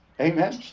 amen